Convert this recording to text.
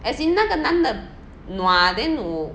as in 那个男的 nua then 我